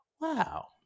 wow